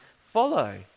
follow